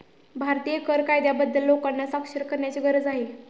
भारतीय कर कायद्याबद्दल लोकांना साक्षर करण्याची गरज आहे